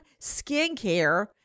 skincare